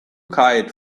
kite